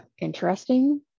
interesting